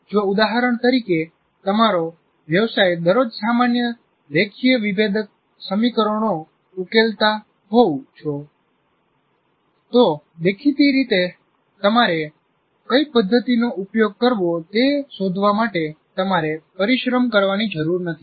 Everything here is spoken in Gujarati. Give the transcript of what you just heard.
જો ઉદાહરણ તરીકે તમારો વ્યવસાય દરરોજ સામાન્ય રેખીય વિભેદક સમીકરણો ઉકેલતા હોવ છે તો દેખીતી રીતે તમારે કઈ પદ્ધતિનો ઉપયોગ કરવો તે શોધવા માટે તમારે પરિશ્રમ કરવાની જરૂર નથી